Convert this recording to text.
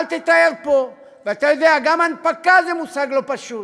אל תתאר פה, אתה יודע, גם הנפקה זה מושג לא פשוט,